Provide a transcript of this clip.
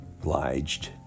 obliged